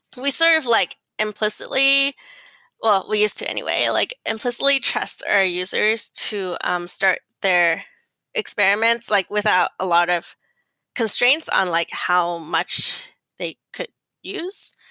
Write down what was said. we sort of like implicitly well, we used to anyway, like implicitly trust our users to um start their experiments like without a lot of constraints on like how much they could use.